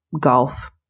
golf